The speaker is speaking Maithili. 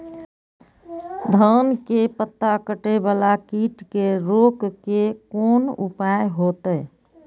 धान के पत्ता कटे वाला कीट के रोक के कोन उपाय होते?